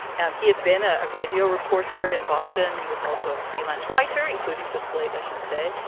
um he had been ah a radio reporter in boston. he was also a freelance writer, including for slate. i should say,